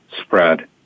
spread